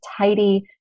tidy